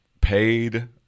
paid